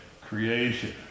creation